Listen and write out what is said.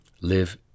live